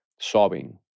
sobbing